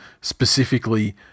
specifically